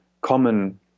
common